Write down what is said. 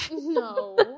No